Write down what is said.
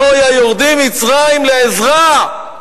הוי היורדים מצרים לעזרה,